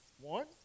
One